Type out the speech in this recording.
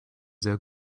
sehr